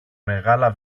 μεγάλα